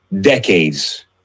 decades